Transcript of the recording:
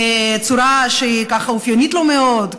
בצורה שככה אופיינית לו מאוד,